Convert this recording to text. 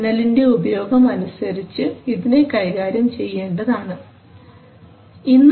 സിഗ്നൽൻറെ ഉപയോഗം അനുസരിച്ചു ഇതിനെ കൈകാര്യം ചെയ്യേണ്ടത് ആണ്